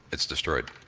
it's destroyed.